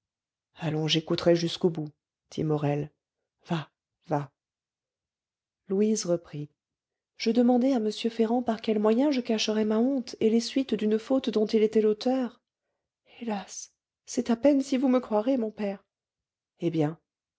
allons j'écouterai jusqu'au bout dit morel va va louise reprit je demandai à m ferrand par quels moyens je cacherais ma honte et les suites d'une faute dont il était l'auteur hélas c'est à peine si vous me croirez mon père eh bien